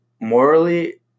morally